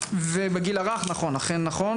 ובגיל הרך נכון אכן נכון,